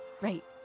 Right